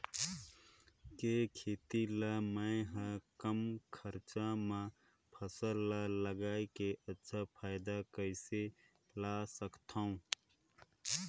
के खेती ला मै ह कम खरचा मा फसल ला लगई के अच्छा फायदा कइसे ला सकथव?